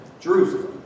Jerusalem